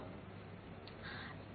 மாணவர் டார்க்